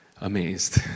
amazed